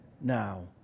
now